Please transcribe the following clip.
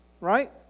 right